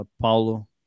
Paulo